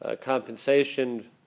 compensation